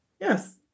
Yes